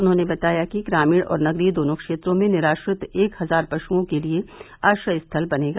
उन्होंने बताया कि ग्रामीण और नगरीय दोनों क्षेत्रों में निराश्रित एक हजार पश्ओों के लिये आश्रय स्थल बनेगा